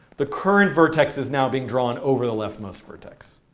the current vertex is now being drawn over the leftmost vertex.